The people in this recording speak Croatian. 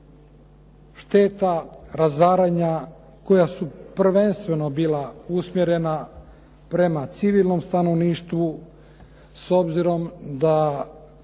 šteta razaranja koja su prvenstveno bila usmjerena prema civilnom stanovništvu, s obzirom da